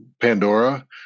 Pandora